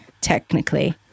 technically